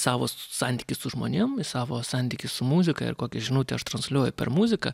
savo santykį su žmonėm į savo santykį su muzika ir kokią žinutę aš transliuoju per muziką